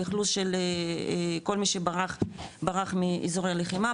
באכלוס של כל מי שברח מאזורי לחימה,